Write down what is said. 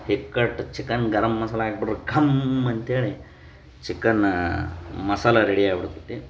ಈ cut chicken garam masala ಹಾಕ್ಬಿಟ್ರೆ ಘಮ್ ಅಂತೇಳಿ ಚಿಕನ್ನ ಮಸಾಲೆ ರೆಡಿಯಾಗ್ಬಿಡ್ತೈತಿ